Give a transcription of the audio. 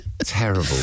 Terrible